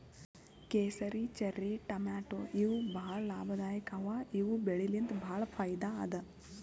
ಕೇಸರಿ, ಚೆರ್ರಿ ಟಮಾಟ್ಯಾ ಇವ್ ಭಾಳ್ ಲಾಭದಾಯಿಕ್ ಅಥವಾ ಇವ್ ಬೆಳಿಲಿನ್ತ್ ಭಾಳ್ ಫೈದಾ ಅದಾ